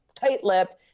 tight-lipped